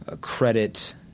credit